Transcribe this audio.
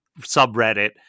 subreddit